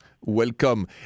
Welcome